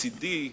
מצדי,